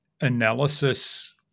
analysis